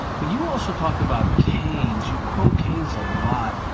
but you also talk about keynes. you quote keynes a lot.